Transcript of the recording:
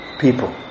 people